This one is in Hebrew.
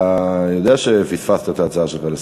אתה יודע שפספסת את ההצעה שלך לסדר-היום,